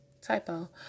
Typo